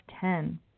ten